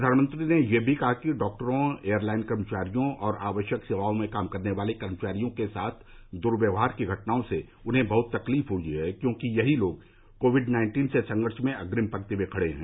प्रधानमंत्री ने यह भी कहा कि डॉक्टरों एयर लाइन कर्मचारियों और आवश्यक सेवाओं में काम करने वाले कर्मचारियों के साथ दुर्व्यवहार की घटनाओं से उन्हें बहत तकलीफ हुई है क्योंकि यही लोग कोविड नाइन्टीन से संघर्ष में अग्रिम पंक्ति में खड़े हैं